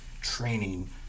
training